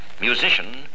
musician